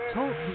Talk